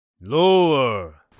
Lower